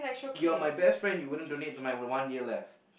you're my best friend you wouldn't donate to my one year left